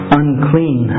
unclean